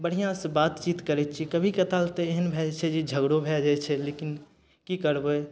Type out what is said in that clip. बढ़िआँसँ बातचीत करय छियै कभी कताल तऽ एहन भए जाइ छै जे झगड़ो भए जाइ छै लेकिन की करबय